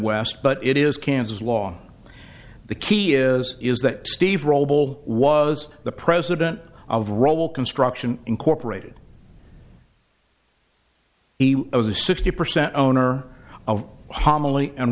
west but it is kansas law the key is is that steve robel was the president of roll construction incorporated he was a sixty percent owner of homily and